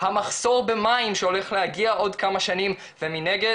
המחסור במים שהולך להגיע עוד כמה שנים ומנגד